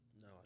No